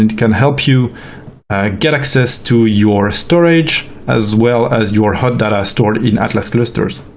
and can help you get access to your storage as well as your hot data stored in atlas clusters.